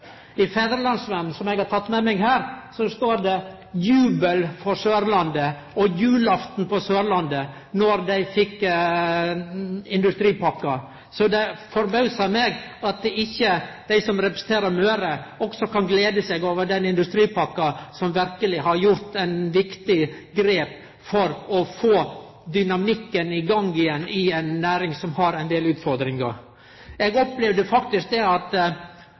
I Fædrelandsvennen, som eg har med meg her, stod det då dei fekk industripakka: jubel i sørlandsindustrien og julekveld for Sørlandet. Så det forbausar meg at ikkje dei som representerer Møre, også kan glede seg over den industripakka der ein verkeleg har teke eit viktig grep for å få dynamikken i gang igjen i ei næring som har ein del utfordringar. Eg opplevde faktisk at